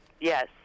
yes